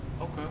okay